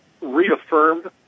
reaffirmed